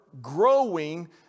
growing